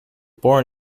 born